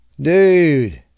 Dude